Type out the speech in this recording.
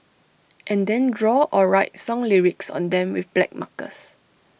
and then draw or write song lyrics on them with black markers